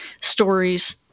stories